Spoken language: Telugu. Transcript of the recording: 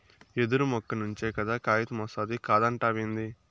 యెదురు మొక్క నుంచే కదా కాగితమొస్తాది కాదంటావేంది